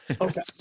okay